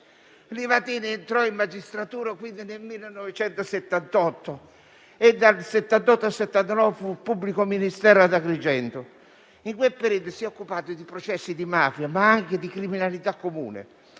Livatino entrò in magistratura nel 1978 e dal 1978 al 1979 fu pubblico ministero ad Agrigento. In quel periodo si è occupato di processi di mafia, ma anche di criminalità comune.